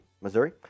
Missouri